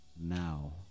now